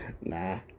Nah